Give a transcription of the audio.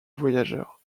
voyageurs